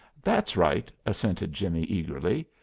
that's right! assented jimmie eagerly.